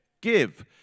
give